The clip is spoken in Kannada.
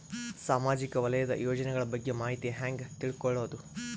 ಸಾಮಾಜಿಕ ವಲಯದ ಯೋಜನೆಗಳ ಬಗ್ಗೆ ಮಾಹಿತಿ ಹ್ಯಾಂಗ ತಿಳ್ಕೊಳ್ಳುದು?